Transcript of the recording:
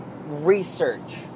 research